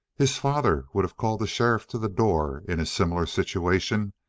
his father would have called the sheriff to the door, in a similar situation,